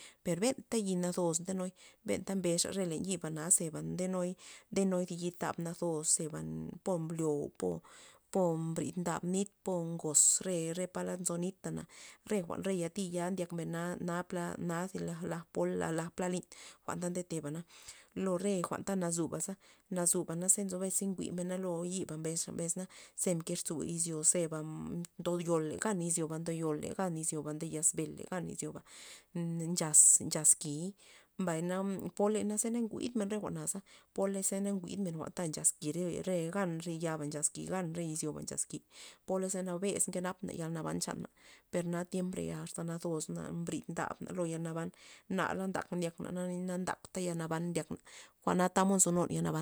Per benta yi' nazos ndenuy, benta mbesxa len re yiba zeba nde nuy- nde nuy thi yi' tab nazos zeba po mblyo po- po mbrid nab nit po ngoz re palad nzo nita, re jwa'na re ya tiya ndyakna na pla na la laj pola pla lin jwa'n ta ndeteba na lo re jwa'n ta nazuba nazu nzo bes za njwi'mena lo yi'ba mbesxa ze mkezu izyo zeba ndoyol gan izyoba ndoyol le gan izyoba nde yaz bel gan nchaz- nchaz ki'y mbay na poley naze na jwi'dmen re jwa'naza poley ze na jwi'dmen jwa'n ta nchaz ki' re- re gan re ya nchax ki' gan re izyoba nchaz ki' pola ze nabes nke napmen yal naban nchana perna tiemp reya asta nazos mbrid ndabna lo yalnaban nala ntaka ndyakna na ntakta yalnaban ndyakna jwa'na tamod nzo nun yal naban.